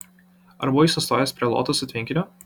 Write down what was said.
ar buvai sustojęs prie lotosų tvenkinio